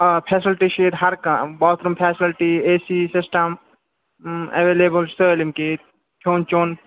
آ فیسَلٹی چھِ یِیٚتہِ ہر کانٛہہ bathroom facility A C system available سٲلِم کیٚنٛہہ ییٚتہِ کھیٚون چیٚون